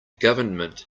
government